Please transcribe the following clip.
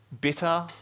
bitter